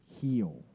heal